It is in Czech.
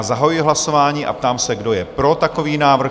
Zahajuji hlasování a ptám se, kdo je pro takový návrh?